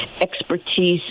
expertise